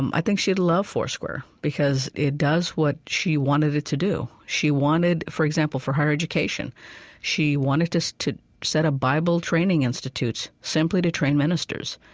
um i think she'd love foursquare, because it does what she wanted it to do. she wanted, for example, for higher education she wanted us to set up bible training institutes simply to train ministers.